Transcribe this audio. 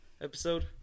episode